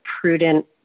prudent